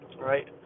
right